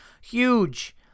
huge